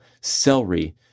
celery